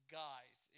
guys